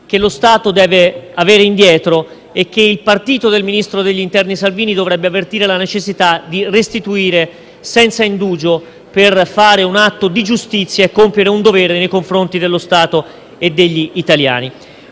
che lo Stato deve avere indietro e che il partito del ministro dell'interno Salvini dovrebbe avvertire la necessità di restituire senza indugio per fare un atto di giustizia e compiere un dovere nei confronti dello Stato e degli italiani.